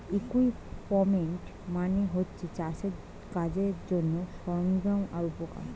equipment মানে হচ্ছে চাষের কাজের জন্যে সরঞ্জাম আর উপকরণ